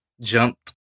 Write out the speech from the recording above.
jumped